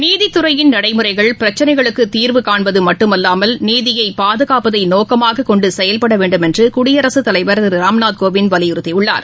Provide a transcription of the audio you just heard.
நீதித்துறையின் நடைமுறைகள் பிரச்சனைகளுக்குதீர்வு காண்பதுமட்டுமல்லாமல் நீதியைபாதுகாப்பதைநோக்கமாகக் கொண்டுசெயல்படவேண்டும் என்றுகுடியரசுத் தலைவர் திருராம்நாத் கோவிந்த் வலியுறுத்தியுள்ளார்